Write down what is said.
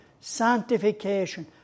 sanctification